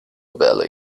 valley